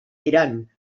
tirant